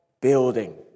building